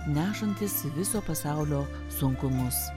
nešantis viso pasaulio sunkumus